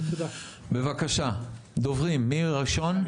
בבקשה דוברים מי ראשון?